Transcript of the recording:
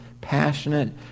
passionate